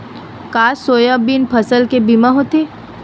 का सोयाबीन फसल के बीमा होथे?